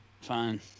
Fine